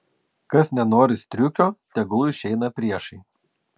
kas nenori striukio tegul išeina priešai